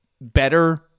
better